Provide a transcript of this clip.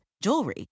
jewelry